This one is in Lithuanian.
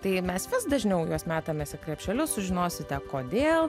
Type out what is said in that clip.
tai mes vis dažniau juos metamės į krepšelius sužinosite kodėl